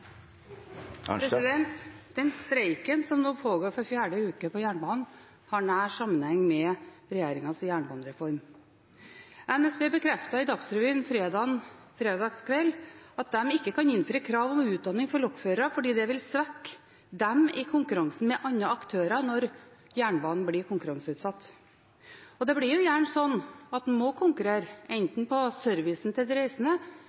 Streiken på jernbanen, som nå pågår for fjerde uke, har nær sammenheng med regjeringens jernbanereform. NSB bekreftet i Dagsrevyen fredag kveld at de ikke kunne innfri krav om utdanning for lokførere fordi det ville svekke dem i konkurransen med andre aktører når jernbanen blir konkurranseutsatt. Og det blir jo gjerne slik at en må konkurrere – enten om servicen til